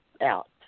out